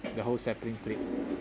the whole sampling plate